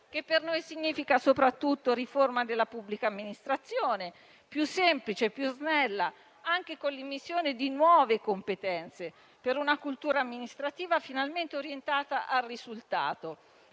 Per noi significa soprattutto riforma della pubblica amministrazione, più semplice e più snella, anche con l'immissione di nuove competenze, per una cultura amministrativa finalmente orientata al risultato;